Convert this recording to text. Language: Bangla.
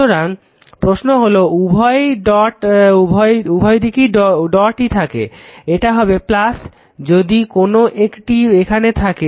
সুতরাং প্রশ্ন হলো যদি উভয় ডটই থাকে এটা হবে যদি কোনো একটি এখানে থাকে